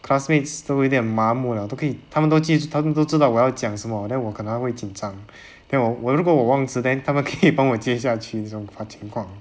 classmates 都有一点麻木 liao 都可以他们都记住他们都知道我要讲什么 then 我可能会紧张 then 我我如果我忘词 then 他们可以帮我接一下这种况情况